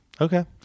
Okay